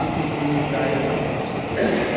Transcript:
P T C निफ्राय